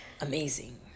amazing